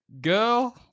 girl